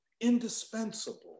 indispensable